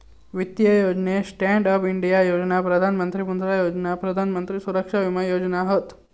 वित्तीय योजनेत stand up India योजना, प्रधान मंत्री मुद्रा योजना, प्रधान मंत्री सुरक्षा विमा योजना हत